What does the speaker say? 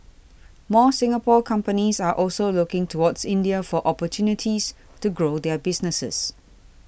more Singapore companies are also looking towards India for opportunities to grow their businesses